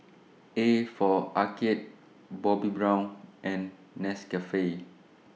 A For Arcade Bobbi Brown and Nescafe